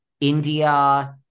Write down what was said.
India